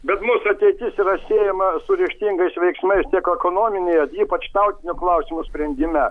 bet mūsų ateitis yra siejama su ryžtingais veiksmais tiek eknominėje ypač tautinio klausimo sprendime